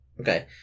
Okay